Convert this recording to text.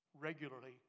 regularly